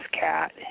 cat